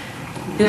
הכנסת, בבקשה.